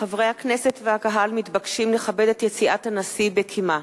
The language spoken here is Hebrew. חברי הכנסת והקהל מתבקשים לכבד את יציאת הנשיא בקימה.